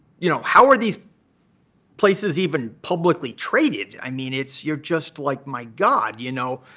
you know how are these places even publicly traded? i mean, it's you're just like, my god, you know?